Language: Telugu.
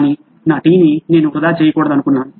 కానీ నా టీని నేను వృధా చేయకూడదనుకుంటున్నాను